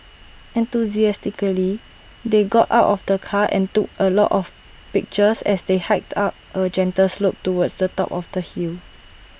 enthusiastically they got out of the car and took A lot of pictures as they hiked up A gentle slope towards the top of the hill